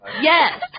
Yes